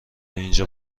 اینجا